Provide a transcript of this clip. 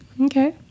Okay